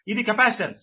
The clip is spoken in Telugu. ఇది కెపాసిటెన్స్